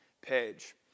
page